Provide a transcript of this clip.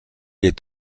est